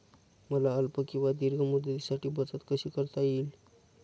मला अल्प किंवा दीर्घ मुदतीसाठी बचत कशी करता येईल?